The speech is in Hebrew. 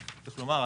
צריך לומר,